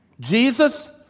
Jesus